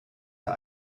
der